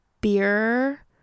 beer